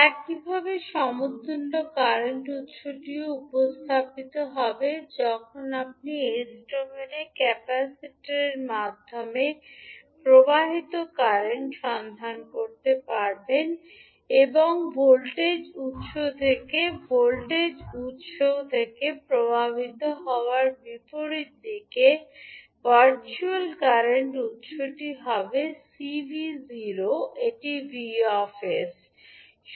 একইভাবে সমতুল্য কারেন্ট উত্সটিও উপস্থাপিত হবে যখন আপনি s ডোমেইনে ক্যাপাসিটরের মাধ্যমে প্রবাহিত কারেন্ট সন্ধান করতে পারবেন এবং ভোল্টেজ উত্স থেকে ভোল্টেজ উত্স থেকে প্রবাহিত হওয়ার বিপরীতে দিকের ভার্চুয়াল কারেন্ট উত্সটি হবে Cv0− এটি 𝑉 𝑠